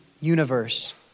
universe